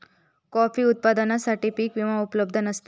coffee उत्पादकांसाठी पीक विमा उपलब्ध नसता